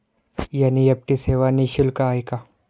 NEFT सेवा निःशुल्क आहे का?